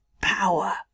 power